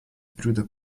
brüder